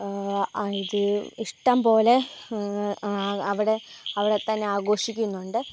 ഇത് ഇഷ്ടം പോലെ അവിടെ അവിടെ തന്നെ ആഘോഷിക്കുന്നുണ്ട്